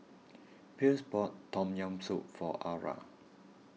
Pierre's bought Tom Yam Soup for Arra